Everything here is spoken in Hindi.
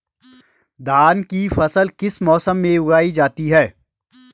धान की फसल किस मौसम में उगाई जाती है?